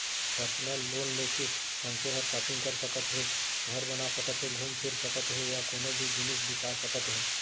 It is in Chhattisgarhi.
परसनल लोन ले के मनसे हर सॉपिंग कर सकत हे, घर बना सकत हे घूम फिर सकत हे या कोनों भी जिनिस बिसा सकत हे